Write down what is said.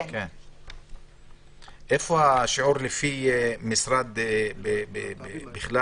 איפה השיעור לפי משרד בכלל?